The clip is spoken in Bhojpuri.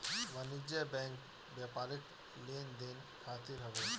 वाणिज्यिक बैंक व्यापारिक लेन देन खातिर हवे